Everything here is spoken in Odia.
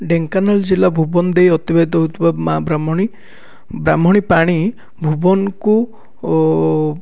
ଡେଙ୍କାନାଳ ଜିଲ୍ଲା ଭୁବନ ଦେଇ ଅତିବାହିତ ହେଉଥିବା ମା ବ୍ରାହ୍ମଣୀ ବ୍ରାହ୍ମଣୀ ପାଣି ଭୁବନକୁ ଓ